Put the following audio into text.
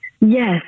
Yes